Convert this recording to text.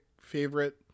favorite